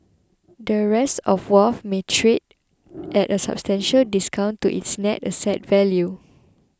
the rest of Wharf may trade at a substantial discount to its net asset value